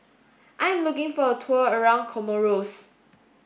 I am looking for a tour around Comoros